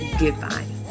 goodbye